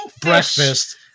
breakfast